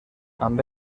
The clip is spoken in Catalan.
amb